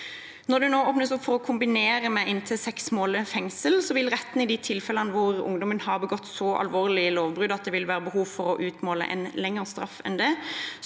Når det nå åpnes for å kombinere med inntil seks måneders fengsel, vil retten i de tilfellene hvor ungdommen har begått så alvorlige lovbrudd at det vil være behov for å utmåle en lengre straff enn det,